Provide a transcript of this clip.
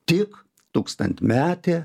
tik tūkstantmetė